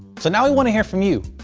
so now we want to hear form you.